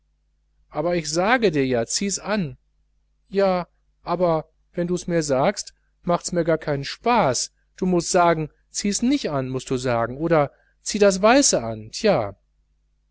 aber ich sage dir ja ziehs an ja aber wenn dus mir sagst machts mir gar keinen spaß du mußt sagen ziehs nich an mußt du sagen oder zieh das weiße an tja